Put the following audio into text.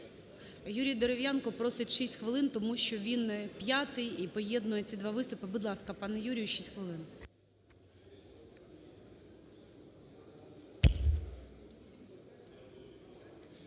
Юрій Дерев'янко просить 6 хвилин, тому що він п'ятий і поєднує ці два виступи. Будь ласка, пане Юрію, 6 хвилин.